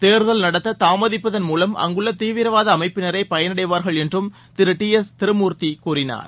தேர்தல் நடத்த தாமதிப்பதன் மூவம் அங்குள்ள தீவிரவாத அமைப்பினரே பயனடைவார்கள் என்றும் திரு டி எஸ் திருமூர்த்தி கூறினார்